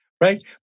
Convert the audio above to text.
right